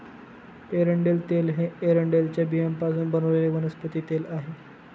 एरंडेल तेल हे एरंडेलच्या बियांपासून बनवलेले वनस्पती तेल आहे